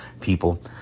people